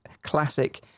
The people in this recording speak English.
classic